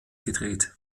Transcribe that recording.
gedreht